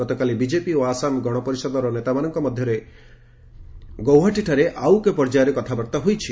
ଗତକାଲି ବିଜେପି ଓ ଆସାମ ଗଣପରିଷଦର ନେତାମାନଙ୍କ ମଧ୍ୟରେ ଗୌହାଟୀଠାରେ ଆଉ ଏକ ପର୍ଯ୍ୟାୟରେ କଥାବାର୍ତ୍ତା ହୋଇଛି